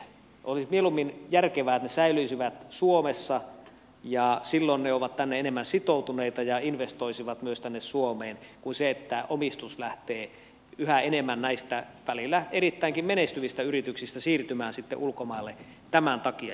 olisi mieluummin järkevämpää että ne säilyisivät suomessa silloin ne ovat tänne enemmän sitoutuneita ja investoisivat myös tänne suomeen kuin että omistus lähtee yhä enemmän näistä välillä erittäin menestyvistäkin yrityksistä siirtymään sitten ulkomaille tämän takia juuri